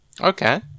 Okay